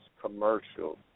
commercial